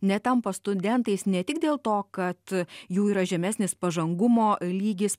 netampa studentais ne tik dėl to kad jų yra žemesnis pažangumo lygis